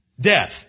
Death